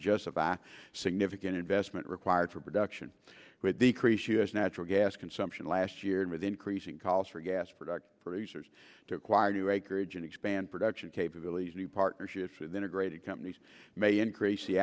a significant investment required for production with decrease us natural gas consumption last year and with increasing calls for gas production producers to acquire new acreage and expand production capabilities a new partnership for the integrated companies may increase the